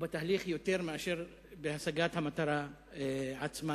ובתהליך יותר מאשר בהשגת המטרה עצמה.